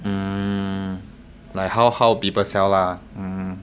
mm like how how people sell lah